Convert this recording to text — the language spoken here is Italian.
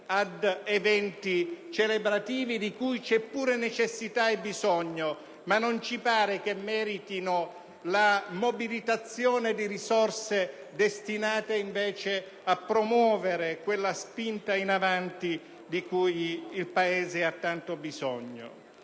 ad eventi celebrativi, di cui c'è pure necessità e bisogno ma che non ci sembra meritino la mobilitazione di risorse destinate invece a promuovere quella spinta in avanti di cui il Paese ha tanto bisogno.